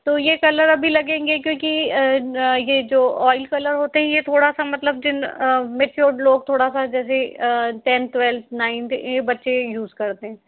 तो ये कलर अभी लगेंगे क्योंकि ये जो ऑइल कलर होते हैं ये थोड़ा सा मतलब मेचौर लोग थोड़ा सा जैसे टेंथ ट्वेल्थ नाइन्थ ये बच्चे यूज़ करते हैं